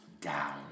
down